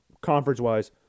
conference-wise